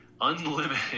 unlimited